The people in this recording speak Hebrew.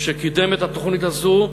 שקידם את התוכנית הזאת,